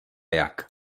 jak